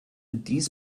dies